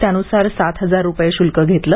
त्यानुसार सात हजार रुपये शुल्क घेतले